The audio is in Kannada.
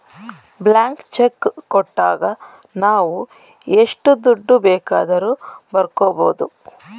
ಬ್ಲಾಂಕ್ ಚೆಕ್ ಕೊಟ್ಟಾಗ ನಾವು ಎಷ್ಟು ದುಡ್ಡು ಬೇಕಾದರೂ ಬರ್ಕೊ ಬೋದು